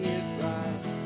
advice